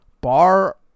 Bar